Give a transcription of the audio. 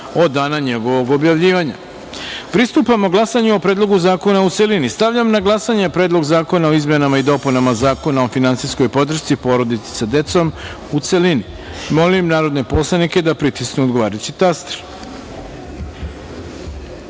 od dana njegovog objavljivanja. Pristupamo glasanju o Predlogu zakona, u celini. Stavljam na glasanje Predlog zakona o izmenama i dopunama Zakona o finansijskoj podršci porodici sa decom, u celini. Molim poslanike da pritisnu odgovarajući